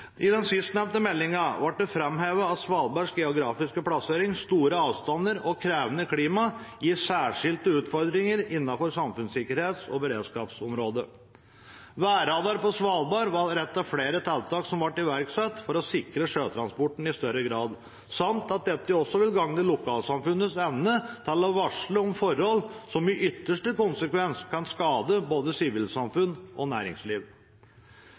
den sistnevnte meldingen ble det framhevet at Svalbards geografiske plassering, store avstander og krevende klima gir særskilte utfordringer innenfor samfunnssikkerhets- og beredskapsområdet. Værradar på Svalbard var ett av flere tiltak som ble iverksatt for å sikre sjøtransporten i større grad, samt at dette også vil gagne lokalsamfunnets evne til å varsle om forhold som i ytterste konsekvens kan skade både sivilsamfunn og næringsliv.